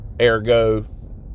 ergo